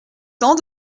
temps